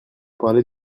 parlez